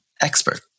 expert